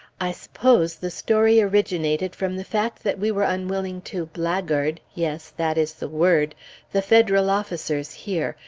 i suppose the story originated from the fact that we were unwilling to blackguard yes, that is the word the federal officers here,